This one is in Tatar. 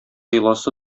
йоласы